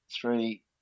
three